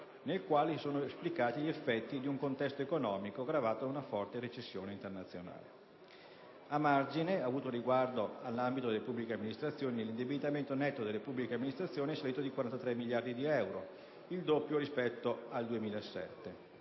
nel quale si sono esplicati gli effetti di un contesto economico, gravato da una forte recessione internazionale. A margine, avuto riguardo all'ambito delle pubbliche amministrazioni, l'indebitamento netto delle pubbliche amministrazioni è salito a 43 miliardi di euro, il doppio rispetto al